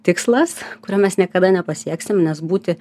tikslas kurio mes niekada nepasieksim nes būti